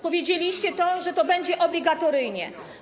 Powiedzieliście, że to będzie obligatoryjnie.